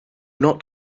not